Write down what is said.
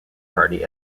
party